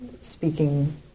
speaking